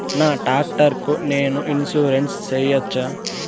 నా టాక్టర్ కు నేను ఇన్సూరెన్సు సేయొచ్చా?